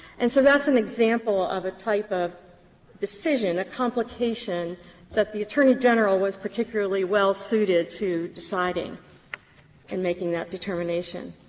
and so that's an example of a type of decision, a complication that the attorney general was particularly well-suited to deciding in making that determination.